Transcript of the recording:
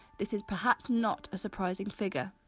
this is perhaps not a surprising figure